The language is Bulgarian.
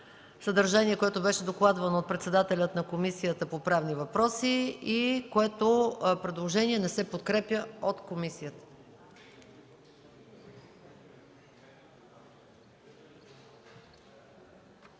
съдържание, което беше докладвано от председателя на Комисията по правни въпроси и не се подкрепя от комисията.